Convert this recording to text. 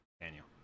Daniel